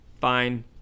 Fine